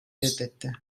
reddetti